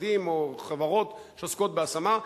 משרדים או חברות שעוסקות בהשמה,